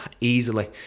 easily